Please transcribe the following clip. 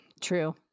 true